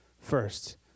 first